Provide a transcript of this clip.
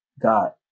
God